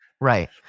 right